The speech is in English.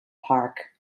park